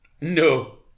No